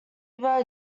eva